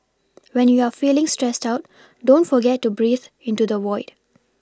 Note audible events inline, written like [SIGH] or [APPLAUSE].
[NOISE] when you are feeling stressed out don't forget to breathe into the void